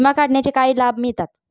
विमा काढण्याचे काय लाभ मिळतात?